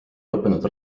lõppenud